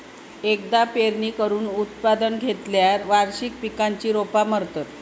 एकदा पेरणी करून उत्पादन घेतल्यार वार्षिक पिकांची रोपा मरतत